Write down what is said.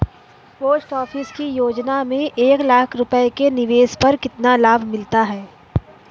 Post office की योजना में एक लाख रूपए के निवेश पर कितना लाभ मिलता है?